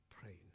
praying